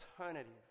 alternative